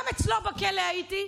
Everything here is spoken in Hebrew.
גם אצלו בכלא הייתי,